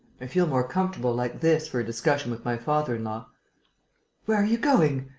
i feel more comfortable like this for a discussion with my father-in-law. where are you going?